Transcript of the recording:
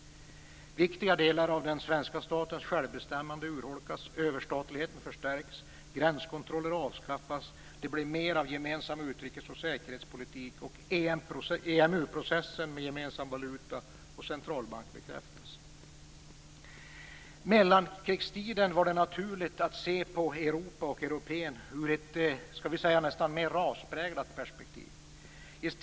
Viktiga delar av den svenska statens självbestämmande urholkas, överstatligheten förstärks, gränskontroller avskaffas, det blir mer av gemensam utrikes och säkerhetspolitik och EMU-processen med gemensam valuta och centralbank bekräftas. I mellankrigstiden var det naturligt att se på Europa och européen ur ett mer raspräglat perspektiv.